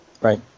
Right